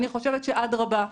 אני חושבת שאדרבה,